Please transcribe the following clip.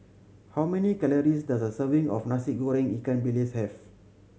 how many calories does a serving of Nasi Goreng ikan bilis have